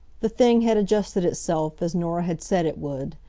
the thing had adjusted itself, as norah had said it would.